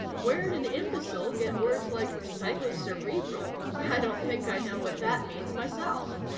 where'd an imbecile get words like psychocerebral? i don't think i know what that means, myself.